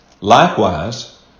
Likewise